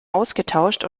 ausgetauscht